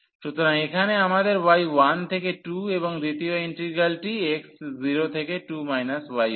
সুতরাং এখানে আমাদের y 1 থেকে 2 এবং দ্বিতীয় ইন্টিগ্রালটি x 0 থেকে 2 y হয়